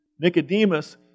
Nicodemus